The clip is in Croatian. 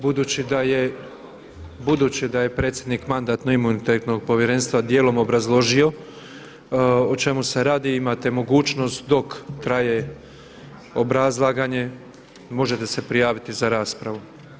Budući da je predsjednik Mandatno-imunitetnog povjerenstva dijelom obrazložio o čemu se radi, imate mogućnost dok traje obrazlaganje možete se prijaviti za raspravu.